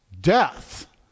death